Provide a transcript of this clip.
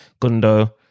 Gundo